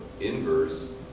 inverse